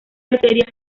arterial